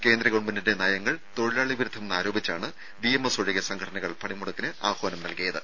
കേന്ദ്ര ഗവൺമെൻറിൻെറ നയങ്ങൾ തൊഴിലാളി വിരുദ്ധമെന്ന് ആരോപിച്ചാണ് ബിഎംഎസ് ഒഴികെ സംഘടനകൾ പണിമുടക്ക് ആഹ്വാനം നൽകിയത്